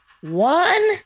one